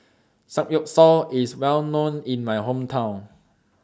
Samgeyopsal IS Well known in My Hometown